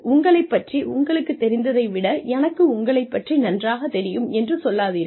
உங்களைப் பற்றி உங்களுக்கு தெரிந்ததை விட எனக்கு உங்களைப் பற்றி நன்றாகத் தெரியும் என்று சொல்லாதீர்கள்